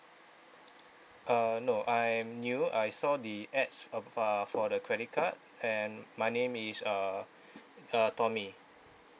uh no I'm new I saw the ads of uh for the credit card and my name is err err tommy